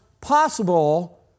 possible